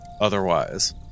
otherwise